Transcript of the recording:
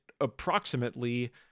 approximately